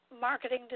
marketing